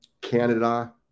Canada